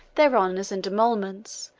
their honors and emoluments,